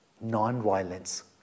non-violence